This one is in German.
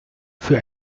für